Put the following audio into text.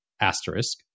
Asterisk